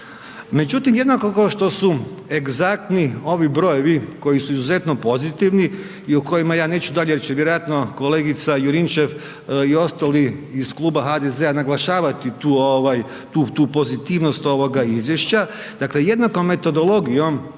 Međutim, jednako kao što su egzaktni ovi brojevi koji su izuzetno pozitivni i o kojima ja neću dalje reć jer će vjerojatno kolegica Juričev i ostali iz kluba HDZ-a naglašavat tu pozitivnost ovoga izvješća, dakle jednakom metodologijom,